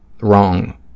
wrong